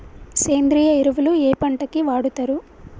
సేంద్రీయ ఎరువులు ఏ పంట కి వాడుతరు?